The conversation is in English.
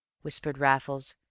whispered raffles.